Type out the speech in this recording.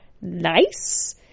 nice